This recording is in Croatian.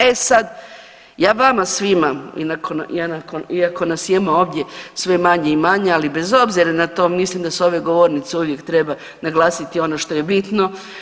E sad ja vama svima i nakon, ja nakon, iako nas ima ovdje sve manje i manje, ali bez obzira na to mislim da s ove govornice uvijek treba naglasiti ono što je bitno.